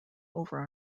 over